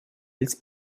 ils